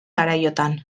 garaiotan